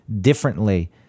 differently